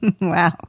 Wow